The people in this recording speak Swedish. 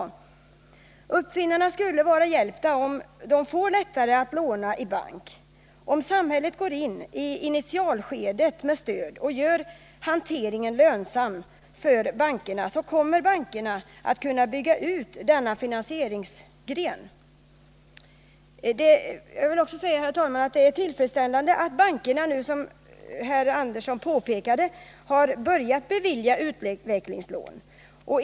Det skulle vara till hjälp för uppfinnarna om de fick större möjligheter att låna i bank — om samhället gick in med stöd i initialskedet och gjorde hanteringen lönsam för bankerna. Då kommer dessa att kunna bygga ut denna finansieringsgren. 5 Det är också tillfredsställande att bankerna nu, som herr Andersson påpekade, har börjat bevilja utvecklingslån.